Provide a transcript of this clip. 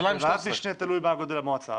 בוועדת משנה זה תלוי מה גודל המועצה.